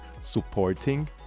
supporting